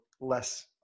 less